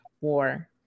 War